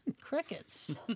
Crickets